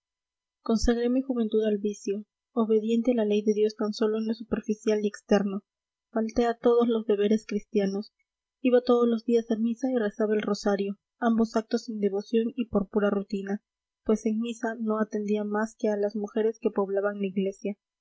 consagré mi juventud al vicio obediente a la ley de dios tan sólo en lo superficial y externo falté a todos los deberes cristianos iba todos los días a misa y rezaba el rosario ambos actos sin devoción y por pura rutina pues en misa no atendía más que a las mujeres que poblaban la iglesia